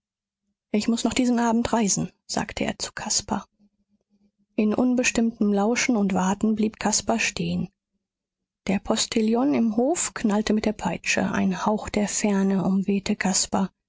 ich muß noch diesen abend reisen sagte er zu caspar in unbestimmtem lauschen und warten blieb caspar stehen der postillon im hof knallte mit der peitsche ein hauch der ferne umwehte